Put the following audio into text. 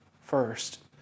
first